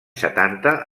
setanta